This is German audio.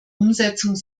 umsetzung